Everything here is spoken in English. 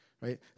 right